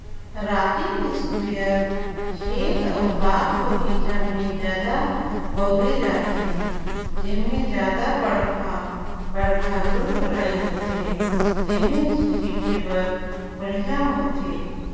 rocking इस्पेयर खेत अउ बाग बगीचा में जादा बउरे जाथे, जेम्हे जादा बड़खा बड़खा रूख राई होथे तेम्हे छीटे बर बड़िहा होथे